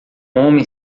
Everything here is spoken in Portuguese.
homem